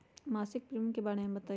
मासिक प्रीमियम के बारे मे बताई?